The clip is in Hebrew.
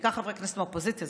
בעיקר חברי כנסת מהאופוזיציה,